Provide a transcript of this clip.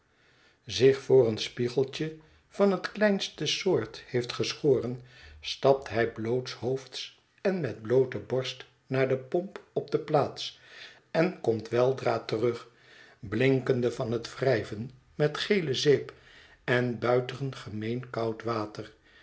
zich voor een spiegeltje van het kleinste soort heeft geschoren stapt hij blootshoofds en met bloote borst naar de pomp op de plaats en komt weldra terug blinkende van het wrijven met gele zeep en buitengemeen koud water